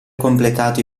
completato